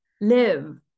live